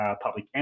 public